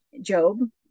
Job